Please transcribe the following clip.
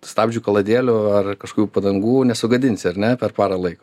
stabdžių kaladėlių ar kažkokių padangų nesugadinsi ar ne per parą laiko